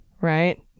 right